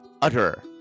utter